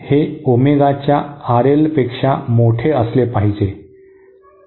हे ओमेगाच्या R L पेक्षा मोठे असले पाहिजे